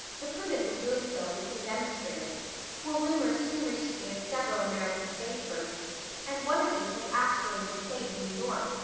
the prudence of doing so was soon demonstrated for rumors soon reached me of several american stage versions and one of these has actually been played in new york,